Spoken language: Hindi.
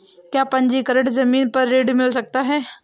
क्या पंजीकरण ज़मीन पर ऋण मिल सकता है?